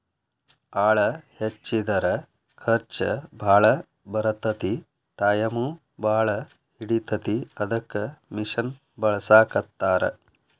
ಆಳ ಹಚ್ಚಿದರ ಖರ್ಚ ಬಾಳ ಬರತತಿ ಟಾಯಮು ಬಾಳ ಹಿಡಿತತಿ ಅದಕ್ಕ ಮಿಷನ್ ಬಳಸಾಕತ್ತಾರ